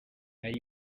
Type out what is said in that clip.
hari